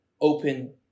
open